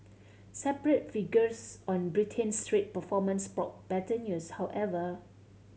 separate figures on Britain's trade performance brought better news however